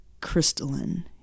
crystalline